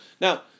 now